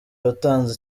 watanze